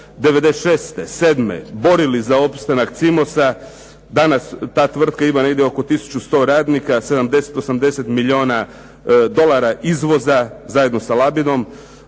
96., 97. borili za opstanak „Cimosa“, danas ta tvrtka ima negdje oko 1100 radnika, 70, 80 milijuna dolara izvoza zajedno sa Labinom,